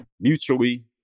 mutually